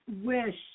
wish